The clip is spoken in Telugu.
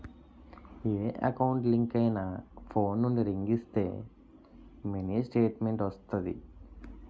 ఏ ఎకౌంట్ లింక్ అయినా ఫోన్ నుండి రింగ్ ఇస్తే మినీ స్టేట్మెంట్ వస్తాది